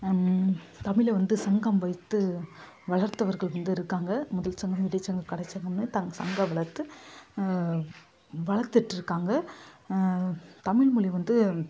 தமிழை வந்து சங்கம் வைத்து வளர்த்தவர்கள் வந்து இருக்காங்க முதற்சங்கம் இடைச்சங்கம் கடைச்சங்கம்னு தங் சங்கம் வளர்த்து வளர்த்துகிட்ருக்காங்க தமிழ் மொழி வந்து